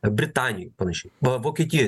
britanijoj panašiai vo vokietijoj